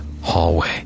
hallway